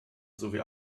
sowie